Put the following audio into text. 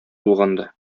булганда